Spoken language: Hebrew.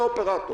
אופרטור,